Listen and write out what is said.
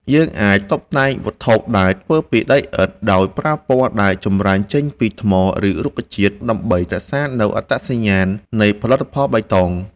យើងអាចតុបតែងវត្ថុដែលធ្វើពីដីឥដ្ឋដោយប្រើពណ៌ដែលចម្រាញ់ចេញពីថ្ម ឬ រុក្ខជាតិ ដើម្បីរក្សានូវអត្តសញ្ញាណនៃផលិតផលបៃតង។